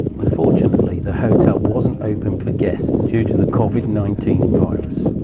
unfortunately, the hotel wasn't open for guests due to the covid nineteen virus.